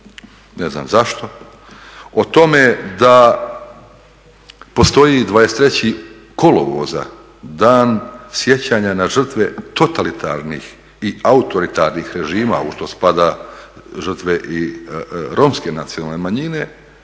ne znam zašto, o tome da postoji 23. kolovoza Dan sjećanja na žrtve totalitarnih i autoritarnih režima u što spada žrtve i romske nacionalne manjine